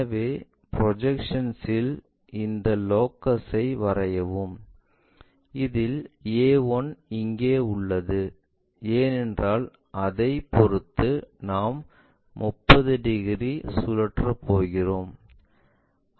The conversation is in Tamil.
எனவே ப்ரொஜெக்ஷன்ஸ் இல் இந்த லோகசை வரையவும் அதில் a 1 இங்கே உள்ளது ஏனென்றால் அதைப் பொருத்து நாம் 30 டிகிரி சுழற்றப் போகிறோம்